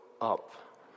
up